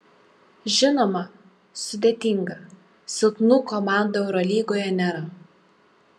žinoma sudėtinga silpnų komandų eurolygoje nėra